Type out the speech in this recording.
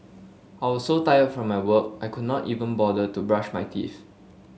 I was so tired from my work I could not even bother to brush my teeth